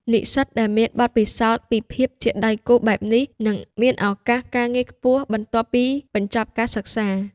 និស្សិតដែលមានបទពិសោធន៍ពីភាពជាដៃគូបែបនេះនឹងមានឱកាសការងារខ្ពស់បន្ទាប់ពីបញ្ចប់ការសិក្សា។